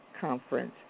Conference